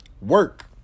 Work